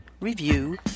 review